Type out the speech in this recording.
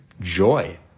joy